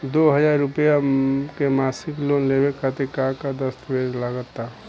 दो हज़ार रुपया के मासिक लोन लेवे खातिर का का दस्तावेजऽ लग त?